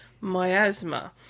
Miasma